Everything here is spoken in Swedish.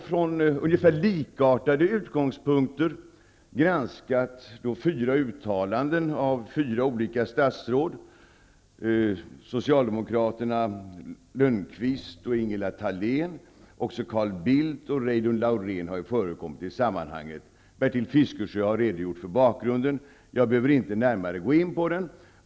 Från ungefär likartade utgångspunkter har vi granskat fyra uttalanden som gjorts av fyra olika statsråd. Det gäller socialdemokraterna Ulf Lönnqvist och Ingela Thalén. Men också Carl Bildt och Reidunn Laurén har nämnts i det sammanhanget. Bertil Fiskesjö har redogjort för bakgrunden. Jag behöver därför inte närmare gå in på den.